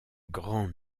grand